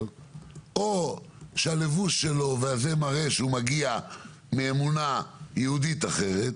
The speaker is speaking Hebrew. או שהלבוש שלו והזה מראה שהוא מגיע מאמונה יהודית אחרת.